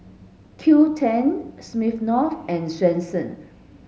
Qoo ten Smirnoff and Swensens